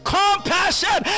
compassion